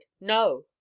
No